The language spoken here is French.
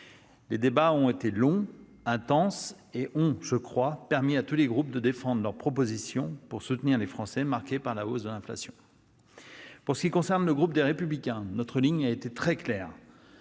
Les débats ont été longs et intenses et ils ont permis, me semble-t-il, à tous les groupes de défendre leurs propositions pour soutenir les Français marqués par la hausse de l'inflation. Pour ce qui concerne le groupe Les Républicains, notre ligne a été très claire